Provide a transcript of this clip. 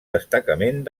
destacament